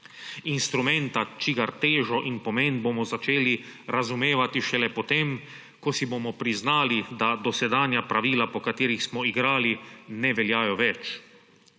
instrumenta, čigar težo in pomen bomo začeli razumevati šele potem, ko si bomo priznali, da dosedanja pravila, po katerih smo igrali, ne veljajo več.